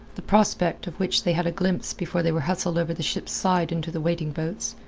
the prospect, of which they had a glimpse before they were hustled over the ship's side into the waiting boats,